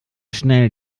schnell